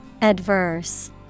Adverse